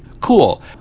Cool